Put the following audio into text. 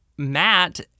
Matt